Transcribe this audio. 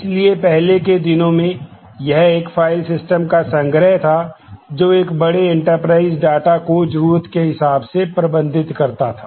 इसलिए पहले के दिनों में यह एक फाइल सिस्टम का संग्रह था जो एक बड़े एंटरप्राइज डेटा को जरूरत के हिसाब से प्रबंधित करता था